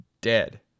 dead